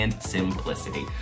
simplicity